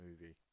movie